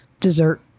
dessert